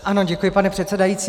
Ano, děkuji, pane předsedající.